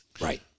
Right